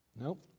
Nope